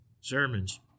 sermons